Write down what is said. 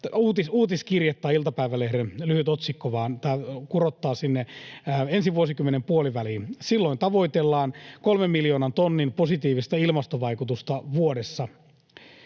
uutiskirje tai iltapäivälehden lyhyt otsikko, vaan tämä kurottaa sinne ensi vuosikymmenen puoleenväliin. Silloin tavoitellaan kolmen miljoonan tonnin positiivista ilmastovaikutusta vuodessa.